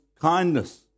kindness